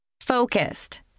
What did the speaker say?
Focused